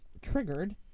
Triggered